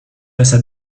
passa